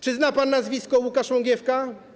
Czy zna pan nazwisko Łukasz Łągiewka?